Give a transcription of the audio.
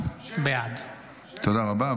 בעד תודה רבה.